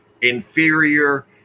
inferior